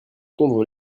tondre